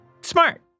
Smart